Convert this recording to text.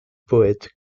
poète